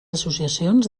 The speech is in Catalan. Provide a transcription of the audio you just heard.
associacions